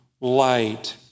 light